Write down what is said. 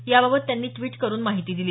याबाबत त्यांनी द्विट करून माहिती दिली